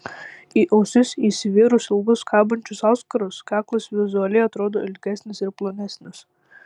į ausis įsivėrus ilgus kabančius auskarus kaklas vizualiai atrodo ilgesnis ir plonesnis